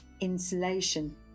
insulation